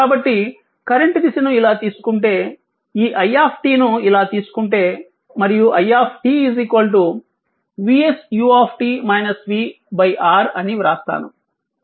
కాబట్టి కరెంట్ దిశను ఇలా తీసుకుంటే ఈ i ను ఇలా తీసుకుంటే మరియు i VS u v R అని వ్రాస్తాను